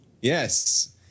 Yes